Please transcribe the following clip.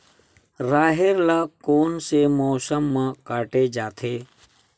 राहेर ल कोन से मौसम म काटे जाथे?